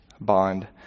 bond